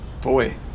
Boy